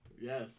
Yes